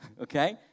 okay